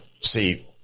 see